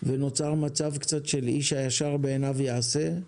ונוצר מצב קצת של 'איש הישר בעיניו יעשה'.